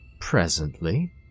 presently